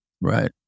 Right